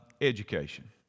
education